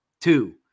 two